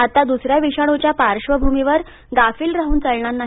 आता दुसऱ्या विषाणूच्या पार्श्वभूमीवर गाफील राहून चालणार नाही